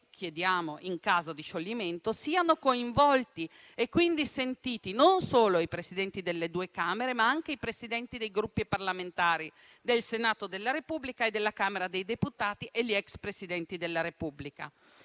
chiediamo, in caso di scioglimento, che siano coinvolti e sentiti, non solo i Presidenti delle due Camere, ma anche i Presidenti dei Gruppi parlamentari del Senato della Repubblica e della Camera dei deputati e gli ex Presidenti della Repubblica.